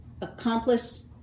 accomplice